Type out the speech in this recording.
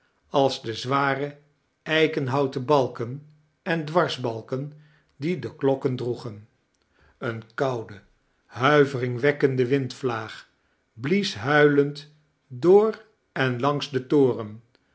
als de zware eikemhouten balken en dwarsbalken die de klokken droegen een koude huiveringwekkende windvlaag blies huilend door en langs den toren